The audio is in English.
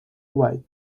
away